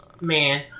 man